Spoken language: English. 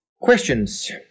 questions